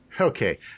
Okay